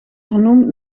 vernoemd